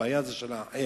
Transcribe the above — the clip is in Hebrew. הבעיה היא של האחר,